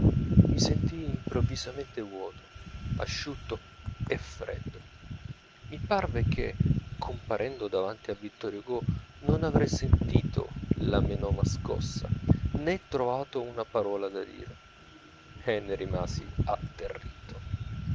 mi sentii improvvisamente vuoto asciutto e freddo mi parve che comparendo davanti a vittor hugo non avrei sentito la menoma scossa nè trovato una parola da dire e ne rimasi atterrito